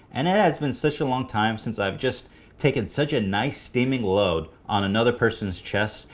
and it has been such a long time since i've just taken such a nice steaming load on another person's chest.